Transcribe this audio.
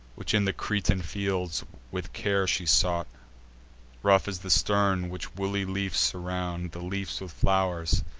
which in the cretan fields with care she sought rough is the stern, which woolly leafs surround the leafs with flow'rs,